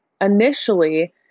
initially